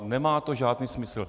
Nemá to žádný smysl.